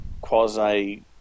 quasi